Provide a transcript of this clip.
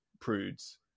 prudes